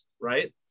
right